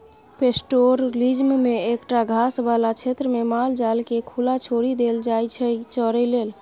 pastoralism मे एकटा घास बला क्षेत्रमे माल जालकेँ खुला छोरि देल जाइ छै चरय लेल